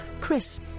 Chris